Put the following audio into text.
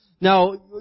Now